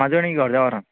म्हजो आनीक एक अर्द वोरान